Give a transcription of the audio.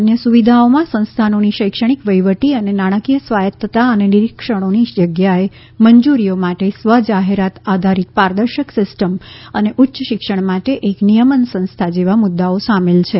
અન્ય સુવિધાઓમાં સંસ્થાનોની શૈક્ષણિક વહીવટી અને નાણાકીય સ્વાયત્તતા અને નિરીક્ષણોની જગ્યાએ મંજૂરીઓ માટે સ્વ જાહેરાત આધારિત પારદર્શક સિસ્ટમ અને ઉચ્ચ શિક્ષણ માટે એક નિયમન સંસ્થા જેવા મુદ્દાઓ સામેલ છે